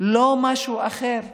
ולא משהו אחר.